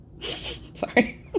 sorry